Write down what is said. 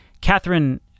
Catherine